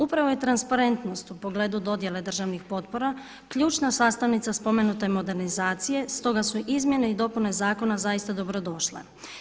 Upravo je transparentnost u pogledu dodjele državnih potpora ključna sastavnica spomenute modernizacije, stoga su izmjene i dopune zakona zaista dobrodošle.